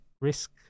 risk